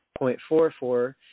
0.44